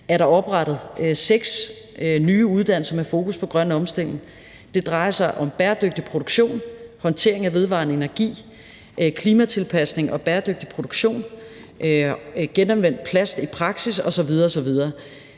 i 2021 oprettet seks nye uddannelser med fokus på grøn omstilling. Det drejer sig om bæredygtig produktion, håndtering af vedvarende energi, klimatilpasning, genanvendt plast i praksis osv. osv.